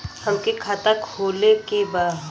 हमके खाता खोले के बा?